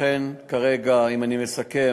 לכן כרגע, אם אני מסכם,